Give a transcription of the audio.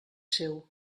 seu